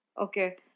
Okay